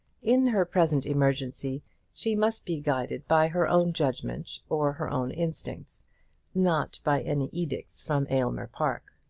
in her present emergency she must be guided by her own judgment or her own instincts not by any edicts from aylmer park!